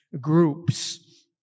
groups